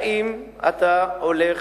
האם אתה הולך